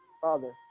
Father